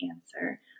Answer